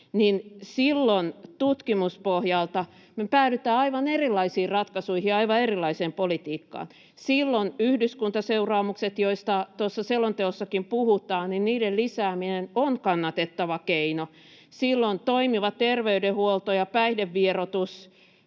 silloin tutkimuspohjalta me päädytään aivan erilaisiin ratkaisuihin ja aivan erilaiseen politiikkaan. Silloin yhdyskuntaseuraamusten, joista tuossa selonteossakin puhutaan, lisääminen on kannatettava keino. Silloin toimiva terveydenhuolto ja päihdevieroitus